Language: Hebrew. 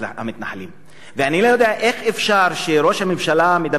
ואני לא יודע איך אפשר שראש הממשלה מדבר על רצון לשלום,